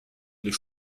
les